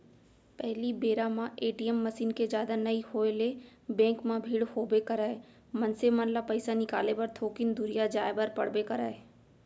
पहिली बेरा म ए.टी.एम मसीन के जादा नइ होय ले बेंक म भीड़ होबे करय, मनसे मन ल पइसा निकाले बर थोकिन दुरिहा जाय बर पड़बे करय